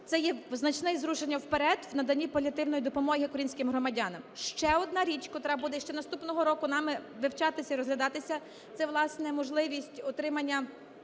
Це є значне зрушення вперед у наданні паліативної допомоги українським громадянам. Ще одна річ, котра буде ще наступного року нами вивчатися і розглядатися, - це власне можливість отримання